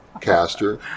caster